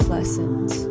Lessons